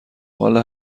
والا